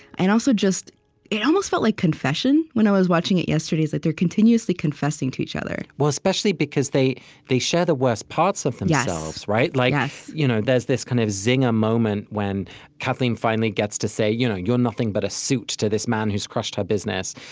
and also, just it almost felt like confession, when i was watching it yesterday. it's like they're continuously confessing to each other well, especially because they they share the worst parts of themselves, right? like you know there's this kind of zinger moment when kathleen finally gets to say, you know you're nothing but a suit to this man who's crushed her business.